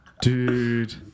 Dude